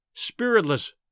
spiritless